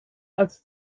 als